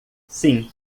sim